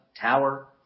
Tower